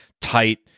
tight